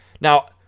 Now